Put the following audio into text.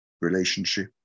relationship